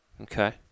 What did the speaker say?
okay